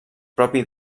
propi